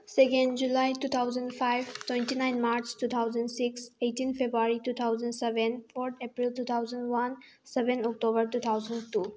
second July two thousand five twenty nine March two thousand six eighteen February two thousand seven fourth April two thousand one seven October two thousand two